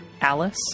Alice